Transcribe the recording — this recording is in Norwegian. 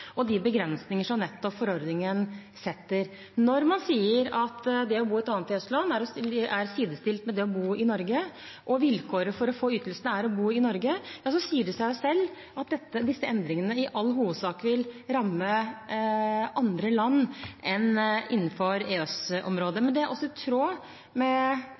og de begrensninger som nettopp forordningen setter. Når man sier at det å bo i et annet EØS-land er sidestilt med det å bo i Norge, og vilkåret for ytelsen er å bo i Norge, ja så sier det seg selv at disse endringene i all hovedsak vil ramme andre land enn dem innenfor EØS-området. Det er også i tråd med